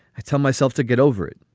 i tell myself to get over it.